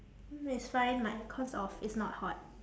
mm it's fine like cause of it's not hot